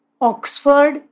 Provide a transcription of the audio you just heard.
Oxford